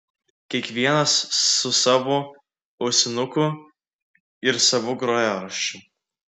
kiekvienas su savu ausinuku ir savu grojaraščiu